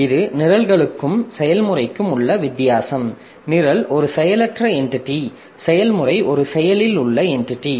இது நிரல்களுக்கும் செயல்முறைக்கும் உள்ள வித்தியாசம் நிரல் ஒரு செயலற்ற என்டிட்டி செயல்முறை ஒரு செயலில் உள்ள என்டிட்டி